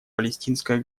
палестинское